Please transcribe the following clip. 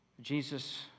Jesus